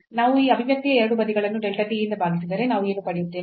ನಾವು ಈ ಅಭಿವ್ಯಕ್ತಿಯ ಎರಡೂ ಬದಿಗಳನ್ನು delta t ಯಿಂದ ಭಾಗಿಸಿದರೆ ನಾವು ಏನು ಪಡೆಯುತ್ತೇವೆ